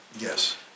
Yes